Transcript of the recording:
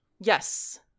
Yes